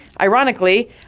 ironically